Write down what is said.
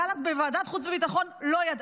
גלנט, בוועדת החוץ והביטחון, לא ידע.